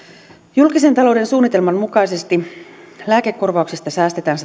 julkisen talouden suunnitelman mukaisesti lääkekorvauksista säästetään